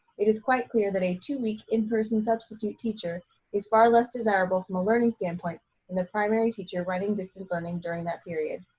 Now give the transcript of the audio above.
it is quite clear that a two week in person substitute teacher is far less desirable from a learning standpoint than the primary teacher running distance learning during that period.